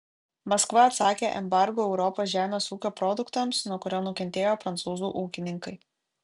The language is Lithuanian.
maskva atsakė embargu europos žemės ūkio produktams nuo kurio nukentėjo prancūzų ūkininkai